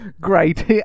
great